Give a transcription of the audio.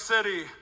City